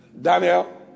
Daniel